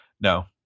No